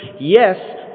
Yes